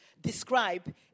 describe